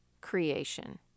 creation